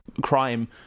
crime